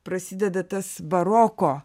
prasideda tas baroko